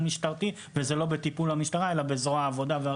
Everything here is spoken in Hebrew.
משטרתי וזה לא בטיפול המשטרה אלא מטופל בזרוע העבודה.